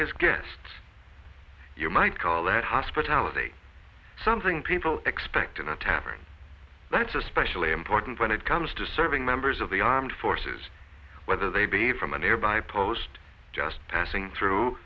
his guests you might call that hospitality something people expect in a tavern that's especially important when it comes to serving members of the armed forces whether they be from a nearby post just passing through